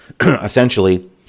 Essentially